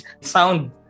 sound